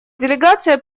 делегация